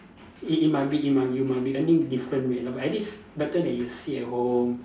it it might be it might you might be earning different rate lah but at least better than you sit at home